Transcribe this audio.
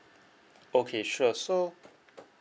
okay sure so